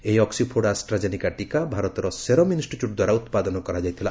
ଏହି Oxford AstraZeneca ଟିକା ଭାରତର ସେରମ ଇନଷ୍ଟିଚ୍ୟୁଟ ଦ୍ୱାରା ଉତ୍ପାଦନ କରାଯାଇଥିଲା